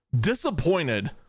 disappointed